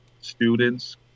students